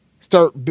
start